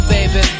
baby